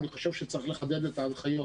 אני חושב שצריך לחדד את ההנחיות